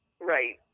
right